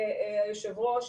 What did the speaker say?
היושב-ראש,